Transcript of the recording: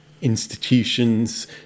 institutions